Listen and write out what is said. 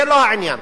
זה לא העניין,